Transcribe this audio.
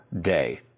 day